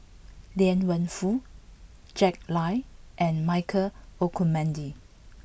Liang Wenfu Jack Lai and Michael Olcomendy